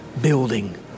building